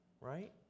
right